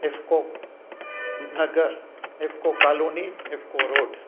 इफ़्को नगर IFFCO colony IFFCO road